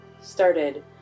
started